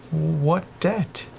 what debt?